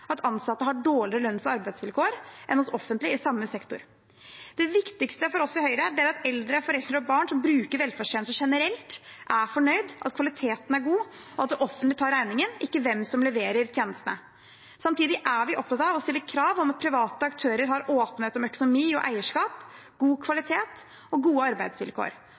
at ansatte har dårligere lønns- og arbeidsvilkår enn hos offentlige i samme sektor. Det viktigste for oss i Høyre er at eldre, foreldre og barn som bruker velferdstjenester generelt, er fornøyd, at kvaliteten er god, og at det offentlige tar regningen – ikke hvem som leverer tjenestene. Samtidig er vi opptatt av og stiller krav om at private aktører har åpenhet om økonomi og eierskap, god kvalitet og gode arbeidsvilkår.